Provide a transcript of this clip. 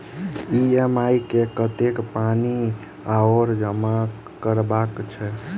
EMI मे कतेक पानि आओर जमा करबाक छैक?